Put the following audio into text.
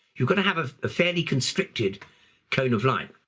you've got to have a fairly constricted cone of light.